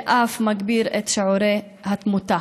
ואף מגביר את שיעור התמותה.